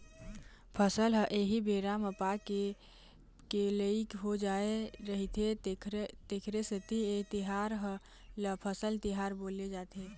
फसल ह एही बेरा म पाके के लइक हो जाय रहिथे तेखरे सेती ए तिहार ल फसल तिहार बोले जाथे